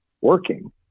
working